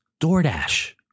DoorDash